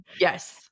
Yes